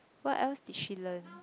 what else did she learn